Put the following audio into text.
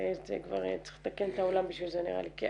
כבר צריך לתקן את העולם בשביל זה נראה לי.